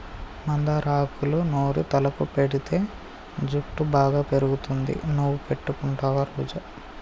మందార ఆకులూ నూరి తలకు పెటితే జుట్టు బాగా పెరుగుతుంది నువ్వు పెట్టుకుంటావా రోజా